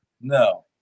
No